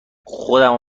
خودمو